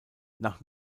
nach